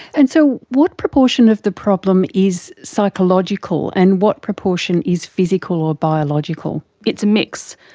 and so what proportion of the problem is psychological, and what proportion is physical or biological? it's a mix,